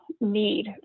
need